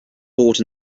bought